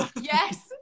Yes